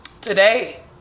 today